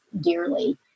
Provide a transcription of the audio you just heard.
dearly